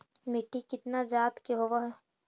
मिट्टी कितना जात के होब हय?